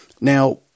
Now